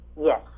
yes